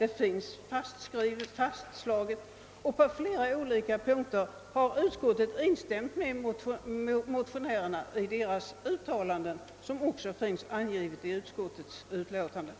I flera avsnitt har ju utskottet också instämt i motionärernas uttalanden, något som klart finns angivet i utlåtandet.